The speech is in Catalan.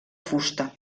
fusta